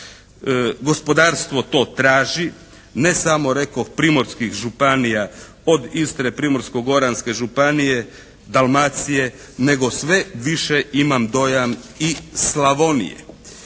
gospodarstvo to traži, ne samo rekoh Primorskih županija od Istre, Primorsko-goranske županije, Dalmacije nego sve više imam dojam i Slavonije.